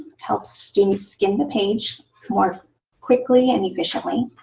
helps to skim the page more quickly and efficiently,